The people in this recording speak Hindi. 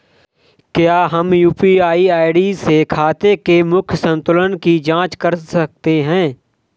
क्या हम यू.पी.आई आई.डी से खाते के मूख्य संतुलन की जाँच कर सकते हैं?